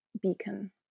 beacon